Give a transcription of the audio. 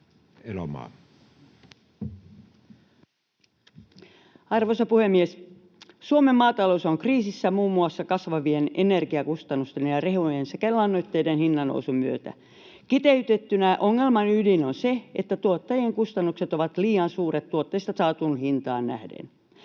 Arvoisa puhemies! Suomen maatalous on kriisissä muun muassa kasvavien energiakustannusten ja rehujen sekä lannoitteiden hinnannousun myötä. Kiteytettynä ongelman ydin on se, että tuottajien kustannukset ovat liian suuret tuotteista saatuun hintaan nähden.